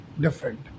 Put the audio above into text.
different